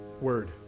word